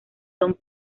son